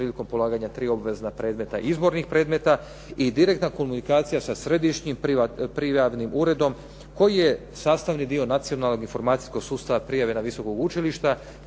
prilikom polaganja tri obvezna predmeta, izbornih predmeta i direktna komunikacija sa Središnjim prijavnim uredom koji je sastavni dio nacionalnog informacijskog sustava, prijave na visoka učilišta